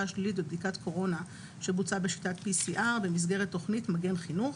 שלילית בבדיקת קורונה שבוצעה בשיטת PCR במסגרת תכנית "מגן חינוך"